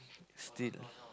still